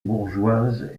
bourgeoises